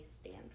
stand